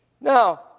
Now